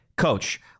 Coach